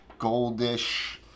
goldish